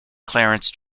clarence